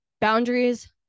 boundaries